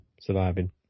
surviving